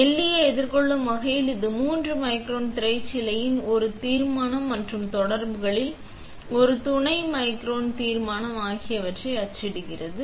மெல்லிய எதிர்கொள்ளும் வகையில் இது 3 மைக்ரான் திரைச்சீலையின் ஒரு தீர்மானம் மற்றும் தொடர்புகளில் ஒரு துணை மைக்ரான் தீர்மானம் ஆகியவற்றை அது அச்சிடுகிறது